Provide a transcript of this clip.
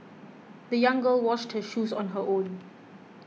the young girl washed her shoes on her own